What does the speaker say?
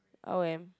r_o_m